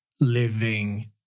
living